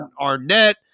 Arnett